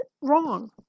wrong